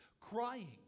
Crying